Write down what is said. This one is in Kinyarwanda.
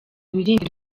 wirinde